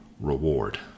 reward